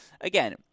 again